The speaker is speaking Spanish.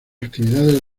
actividades